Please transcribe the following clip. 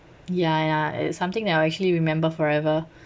ya ya and it's something that I'll actually remember forever